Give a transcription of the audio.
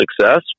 success